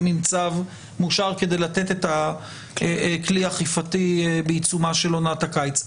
עם צו מאושר כדי לצאת את הכלי האכפיתי בעיצומה של עונת הקיץ.